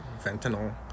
Fentanyl